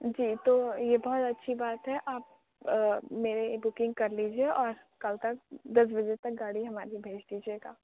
جی تو یہ بہت اچھی بات ہے آپ میرے بکنگ کر لیجیے اور کل تک دس بجے تک گاڑی ہماری لیے بھیج دیجیے گا